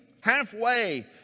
halfway